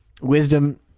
wisdom